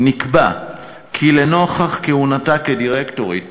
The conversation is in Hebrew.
נקבע כי לנוכח כהונתה כדירקטורית